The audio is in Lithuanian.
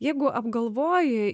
jeigu apgalvoji